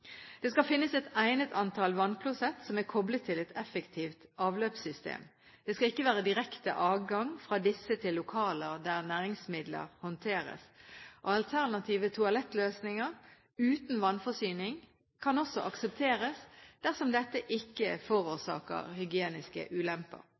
Det skal finnes et egnet antall vannklosetter som er koplet til et effektivt avløpssystem. Det skal ikke være direkte adgang fra disse til lokaler der næringsmidler håndteres. Alternative toalettløsninger uten vannforsyning kan også aksepteres, dersom dette ikke